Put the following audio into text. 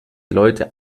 leute